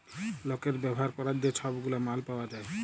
লকের ব্যাভার ক্যরার যে ছব গুলা মাল পাউয়া যায়